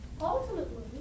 ultimately